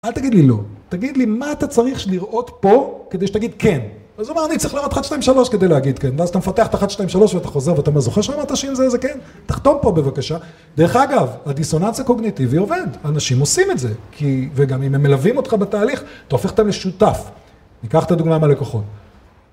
אל תגיד לי לא. תגיד לי מה אתה צריך לראות פה כדי שתגיד כן. אז אומר אני צריך לראות 1,2,3 כדי להגיד כן. ואז אתה מפתח את ה-1,2,3 ואתה חוזר ואתה זוכר שאמרת שזה כן. תחתום פה בבקשה. דרך אגב, הדיסוננס הקוגניטיבי עובד. אנשים עושים את זה. וגם אם הם מלווים אותך בתהליך, אתה הופך אותם לשותף. ניקח את הדוגמא מהלקוחות.